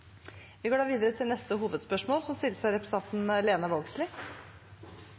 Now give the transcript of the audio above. Vi går da videre til neste hovedspørsmål.